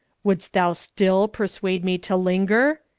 wouldst thou still persuade me to linger?